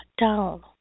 down